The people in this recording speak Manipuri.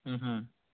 ꯎꯝ